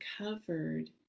covered